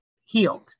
healed